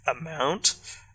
amount